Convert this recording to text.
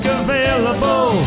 available